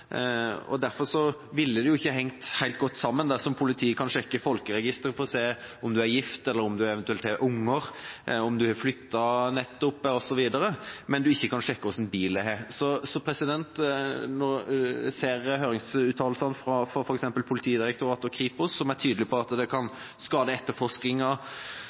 Derfor ville det ikke hengt helt godt sammen dersom politiet kan sjekke folkeregisteret for å se om man er gift, eller om man eventuelt har unger, om man nettopp har flyttet, osv., mens man ikke kan sjekke hva slags bil man har. Jeg ser høringsuttalelsene fra f.eks. Politidirektoratet og Kripos, som er tydelige på at det kan skade